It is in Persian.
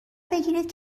بگیرید